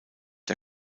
der